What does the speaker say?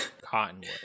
cottonwood